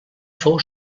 fou